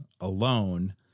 alone